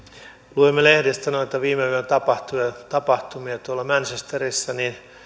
luemme lehdistä noita viime yön tapahtumia tuolla manchesterissä